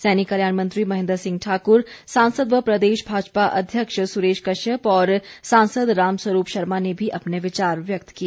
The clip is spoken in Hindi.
सैनिक कल्याण मंत्री महेन्द्र सिंह ठाकुर सांसद व प्रदेश भाजपा अध्यक्ष सुरेश कश्यप और सांसद राम स्वरूप शर्मा ने भी अपने विचार व्यक्त किए